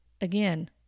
again